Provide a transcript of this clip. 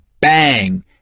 bang